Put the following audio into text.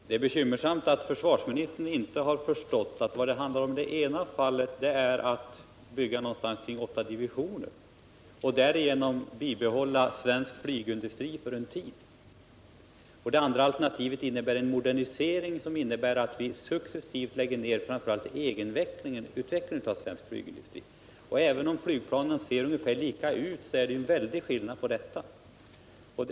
Det är bekymmersamt att försvarsministern inte har förstått att vad det handlar om i det ena fallet är att bygga åtta divisioner och därigenom bibehålla svensk flygindustri för en tid, medan det i det andra fallet handlar om en modernisering, som innebär att vi successivt lägger ner framför allt egenutvecklingen av svensk flygindustri. Även om flygplanen ser ungefär likadana ut, är det ju ändå en väldig skillnad på dessa alternativ.